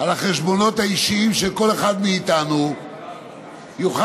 על החשבונות האישיים של כל אחד מאיתנו יוכל